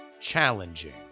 challenging